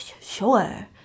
sure